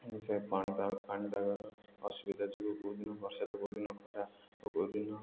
ସେ ପାଣିପାଗ ପାଣିପାଗର ଅସୁବିଧା ଯୋଗୁଁ କେଉଁ ଦିନ ବର୍ଷା ତ କେଉଁ ଦିନ ଖରା ଓ କେଉଁ ଦିନ